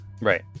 Right